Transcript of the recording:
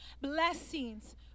blessings